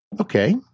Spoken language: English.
Okay